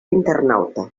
internauta